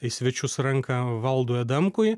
į svečius ranką valdui adamkui